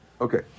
Okay